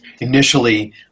initially